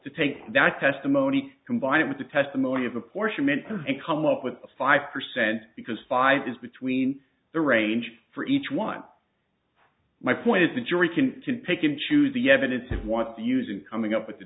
to take that testimony combine it with the testimony of apportionment and come up with the five percent because five is between the range for each one my point is the jury can to pick and choose the evidence that want to use in coming up with the